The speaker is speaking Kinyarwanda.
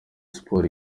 siporo